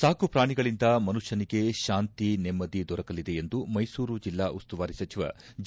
ಸಾಕು ಪ್ರಾಣಿಗಳಿಂದ ಮುನುಷ್ಟನಿಗೆ ಶಾಂತಿ ನೆಮ್ದಿ ದೊರಕಲಿದೆ ಎಂದು ಮೈಸೂರು ಜಿಲ್ಲಾ ಉಸ್ತುವಾರಿ ಸಚಿವ ಜಿ